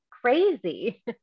crazy